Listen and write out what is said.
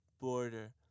border